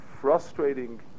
frustrating